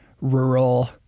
rural